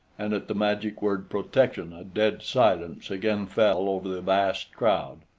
and at the magic word protection a dead silence again fell over the vast crowd.